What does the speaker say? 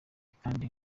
kandi